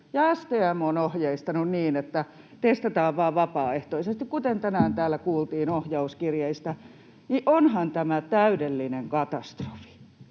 STM on ohjeistanut niin, että testataan vain vapaaehtoisesti, kuten tänään täällä kuultiin ohjauskirjeistä, niin onhan tämä täydellinen katastrofi.